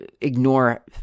ignore